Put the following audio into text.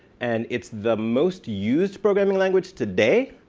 and it's the most used programming language today,